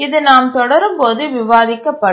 இது நாம் தொடரும்போது விவாதிக்கப்படும்